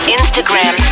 Instagram